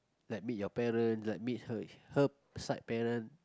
like meet your parents like meet her her side parents